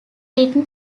written